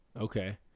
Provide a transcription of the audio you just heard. Okay